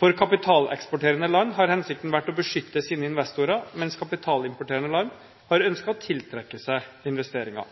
For kapitaleksporterende land har hensikten vært å beskytte sine investorer, mens kapitalimporterende land har ønsket å tiltrekke seg investeringer.